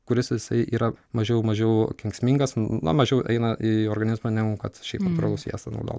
kuris jisai yra mažiau mažiau kenksmingas na mažiau eina į organizmą negu kad šiaip natūralų sviestą naudo